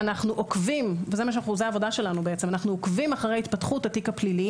ואנחנו עוקבים זו העבודה שלנו בעצם אחרי התפתחות התיק הפלילי